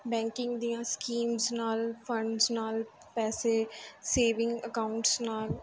banking ਦੀਆਂ schemes ਨਾਲ funds ਨਾਲ ਪੈਸੇ ਸੇਵਿੰਗ ਅਕਾਊਂਟਸ ਨਾਲ